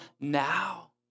now